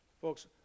Folks